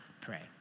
pray